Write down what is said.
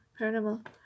paranormal